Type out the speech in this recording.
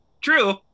True